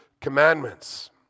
commandments